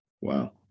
Wow